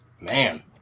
Man